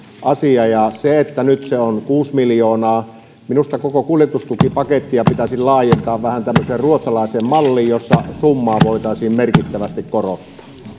asia nyt se on kuusi miljoonaa minusta koko kuljetustukipakettia pitäisi laajentaa vähän tämmöiseen ruotsalaiseen malliin jossa summaa voitaisiin merkittävästi korottaa